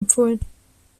empfohlen